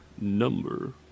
number